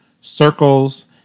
circles